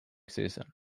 season